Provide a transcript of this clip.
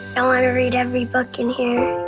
i want to read every book in here.